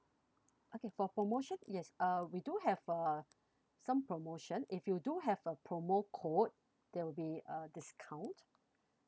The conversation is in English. okay for promotion yes uh we do have uh some promotion if you do have a promo code there will be a discount